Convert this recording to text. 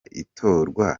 itorwa